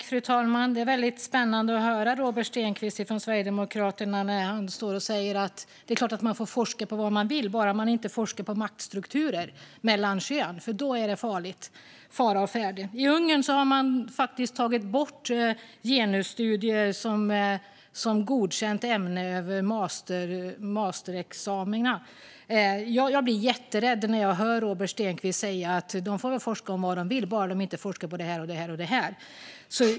Fru talman! Det är väldigt spännande att höra Robert Stenkvist från Sverigedemokraterna stå här och säga att det är klart att man forska om vad man vill - bara man inte forskar om maktstrukturer mellan könen, för då är det fara å färde. I Ungern har man tagit bort genusstudier som godkänt ämne i masterexamina. Jag blir jätterädd när jag hör Robert Stenkvist säga att de får forska om vad de vill, bara de inte forskar om det här och det här.